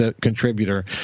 contributor